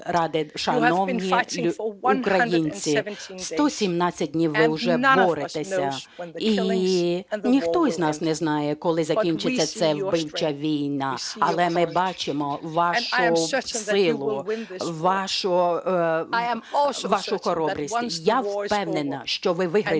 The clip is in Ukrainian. шановні українці, 117 днів ви вже боретеся, і ніхто із нас не знає, коли закінчиться ця вбивча війна, але ми бачимо вашу силу, вашу хоробрість. Я впевнена, що ви виграєте